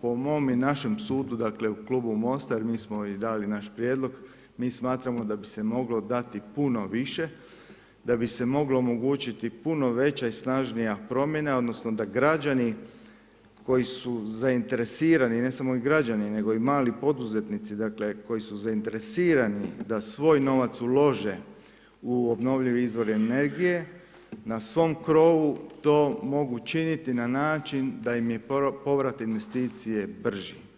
po i našem sudu u Klubu Mosta, jer mi smo i dali naš prijedlog, mi smatramo da bi se moglo dati puno više, da bi se moglo omogućiti puno veća i snažnija promjena, odnosno, da građani koji su zainteresirani ne samo građani nego i mali poduzetnici, dakle, koji su zainteresirani da svoj novac ulože u obnovljive izvore energije, na svom krovu, to mogu činiti na način da je povrat investicije brži.